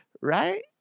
Right